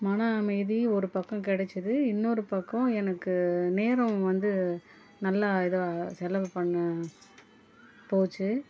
மனஅமைதி ஒருப்பக்கம் கிடச்சிது இன்னொரு பக்கம் எனக்கு நேரம் வந்து நல்லா இதுவா செலவு பண்ண போய்ச்சு